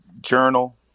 journal